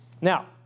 now